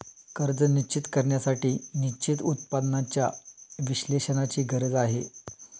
कर्ज निश्चित करण्यासाठी निश्चित उत्पन्नाच्या विश्लेषणाची गरज आहे